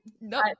No